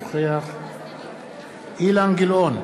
אינו נוכח אילן גילאון,